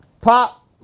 Pop